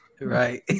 Right